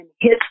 hit